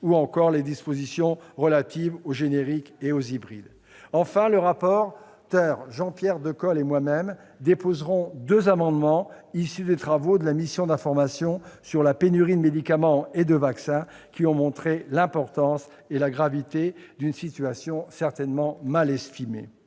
ou encore les mesures relatives aux génériques et aux hybrides. Jean-Pierre Decool et moi-même déposerons deux amendements issus des travaux de la mission sénatoriale d'information sur la pénurie de médicaments et de vaccins, qui ont montré l'importance et la gravité d'une situation certainement mal estimée.